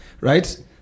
right